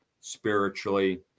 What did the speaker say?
spiritually